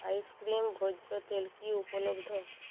ice cream ভোজ্য তেল কি উপলব্ধ